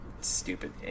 Stupid